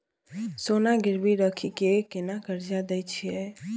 सोना गिरवी रखि के केना कर्जा दै छियै?